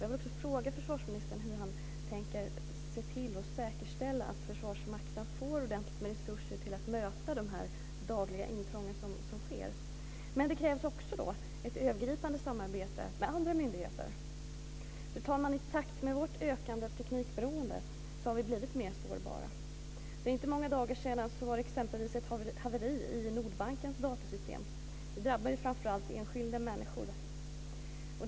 Jag vill fråga försvarsministern hur han tänker se till att säkerställa att Försvarsmakten får ordentligt med resurser för att möta de dagliga intrång som sker. Det krävs också ett övergripande samarbete med andra myndigheter. Fru talman! I takt med vårt ökande teknikberoende har vi blivit mer sårbara. För inte många dagar sedan var det exempelvis ett haveri i Nordbankens datorsystem. Det drabbade framför allt enskilda människor.